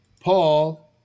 Paul